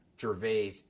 Gervais